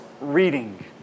reading